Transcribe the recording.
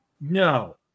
No